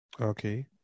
Okay